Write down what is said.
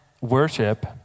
worship